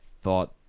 thought